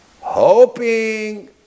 Hoping